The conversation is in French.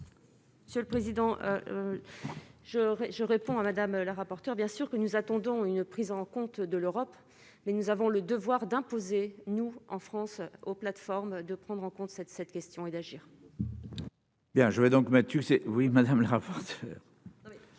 Monsieur le président je je réponds à Madame la rapporteure, bien sûr que nous attendons une prise en compte de l'Europe. Mais nous avons le devoir d'imposer, nous en France aux plateformes de prendre en compte cette cette question et d'agir.